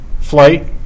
Flight